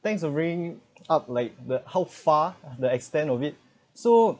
thanks for bring up like the how far the extent of it so